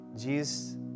jesus